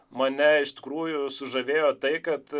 mane iš tikrųjų sužavėjo tai kad